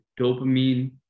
dopamine